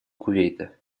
кувейта